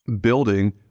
building